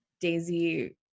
Daisy